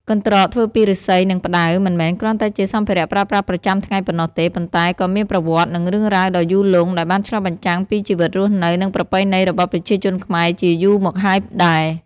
កន្ត្រកធ្វើពីឫស្សី និងផ្តៅ មិនមែនគ្រាន់តែជាសម្ភារៈប្រើប្រាស់ប្រចាំថ្ងៃប៉ុណ្ណោះទេ ប៉ុន្តែក៏មានប្រវត្តិ និងរឿងរ៉ាវដ៏យូរលង់ ដែលបានឆ្លុះបញ្ចាំងពីជីវិតរស់នៅ និងប្រពៃណីរបស់ប្រជាជនខ្មែរជាយូរមកហើយដែរ។